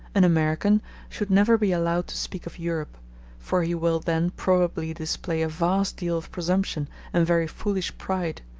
an american should never be allowed to speak of europe for he will then probably display a vast deal of presumption and very foolish pride.